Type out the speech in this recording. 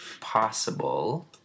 possible